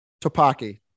topaki